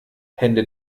hände